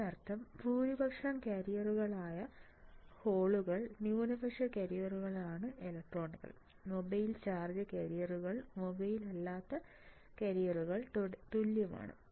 അതിനർത്ഥം ഭൂരിപക്ഷം കാരിയറുകളാണ് കോളുകൾ ന്യൂനപക്ഷ കാരിയറുകളാണ് ഇലക്ട്രോണുകൾ മൊബൈൽ ചാർജ് കാരിയറുകൾ മൊബൈൽ അല്ലാത്ത കാരിയറുകൾക്ക് തുല്യമാണ്